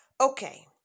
Okay